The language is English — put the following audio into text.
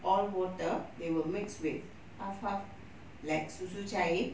all water they will mix with half half like susu cair